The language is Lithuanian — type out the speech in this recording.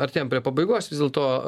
artėjam prie pabaigos vis dėlto